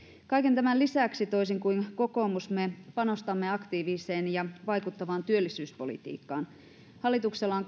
kaiken tämän lisäksi toisin kuin kokoomus me panostamme aktiiviseen ja vaikuttavaan työllisyyspolitiikkaan hallituksella on